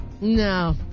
No